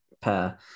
pair